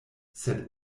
sed